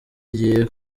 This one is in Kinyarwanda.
igihe